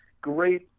great